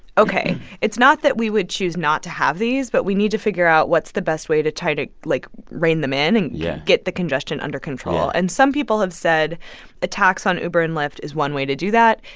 ok. it's not that we would choose not to have these. but we need to figure out what's the best way to try to, like, rein them in and. yeah. get the congestion under control yeah and some people have said a tax on uber and lyft is one way to do that,